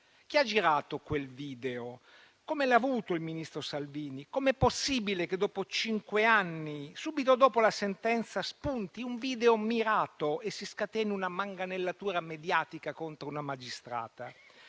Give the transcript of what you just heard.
Chi ha girato quel video? Come l'ha avuto il ministro Salvini? Com'è possibile che, dopo cinque anni, subito dopo la sentenza, spunti un video mirato e si scateni una manganellatura mediatica contro una magistrata?